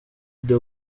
the